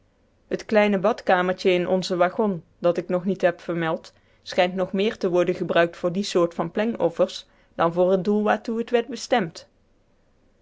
het kleine badkamertje in onzen waggon dat ik nog niet heb vermeld schijnt nog meer te worden gebruikt voor die soort van plengoffers dan voor het doel waartoe het werd bestemd